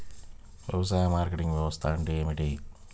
వ్యవసాయ మార్కెటింగ్ వ్యవస్థ అంటే ఏమిటి?